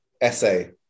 essay